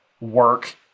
work